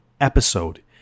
episode